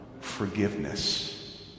forgiveness